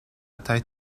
tête